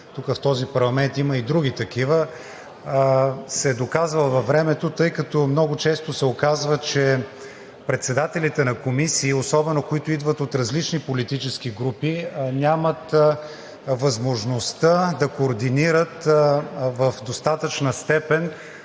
тук в този парламент има и други такива, се е доказала във времето. Много често се оказва, че председателите на комисии, особено които идват от различни политически групи, нямат възможността да координират в достатъчна степен